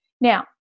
Now